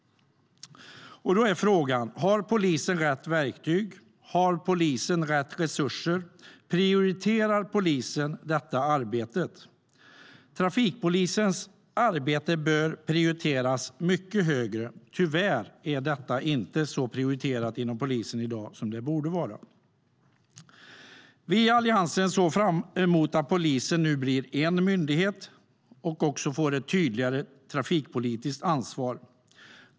Då är frågan: Har polisen rätt verktyg? Har polisen rätt resurser? Prioriterar polisen detta arbete? Trafikpolisens arbete bör prioriteras mycket högre. Tyvärr är detta inte så prioriterat inom polisen i dag som det borde vara. Vi i Alliansen såg fram emot att polisen nu blir en myndighet och också får ett tydligare trafikpolitiskt ansvar.